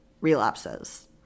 relapses